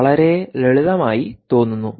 വളരെ ലളിതമായി തോന്നുന്നു